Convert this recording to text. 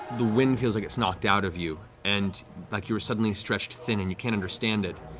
the wind feels like it's knocked out of you, and like you were suddenly stretched thin and you can't understand it.